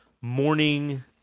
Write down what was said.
morning